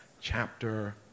chapter